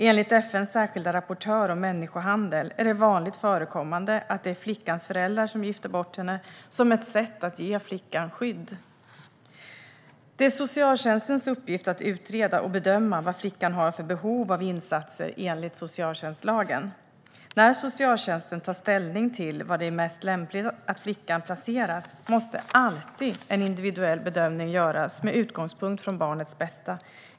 Enligt FN:s särskilda rapportör om människohandel är det vanligt förekommande att det är flickans föräldrar som gifter bort henne som ett sätt att ge flickan skydd. Det är socialtjänstens uppgift att utreda och bedöma vad flickan har för behov av insatser enligt socialtjänstlagen. När socialtjänsten tar ställning till var det är mest lämpligt att flickan placeras måste alltid en individuell bedömning göras med utgångspunkt från barnets bästa.